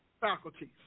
faculties